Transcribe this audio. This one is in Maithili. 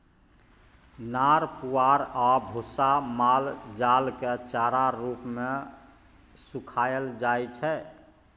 नार पुआर आ भुस्सा माल जालकेँ चारा रुप मे खुआएल जाइ छै